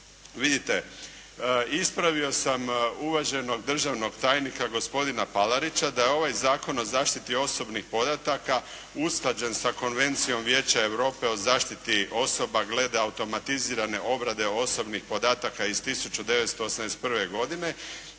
Vidite, ispravio sam uvaženog državnog tajnika gospodina Palarića da ovaj Zakon o zaštiti osobnih podataka usklađen sa Konvencijom Vijeća Europe o zaštiti osoba glede automatizirane obrade osobnih podataka iz 1981. godine,